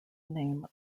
name